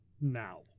now